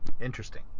interesting